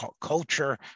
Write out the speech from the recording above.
culture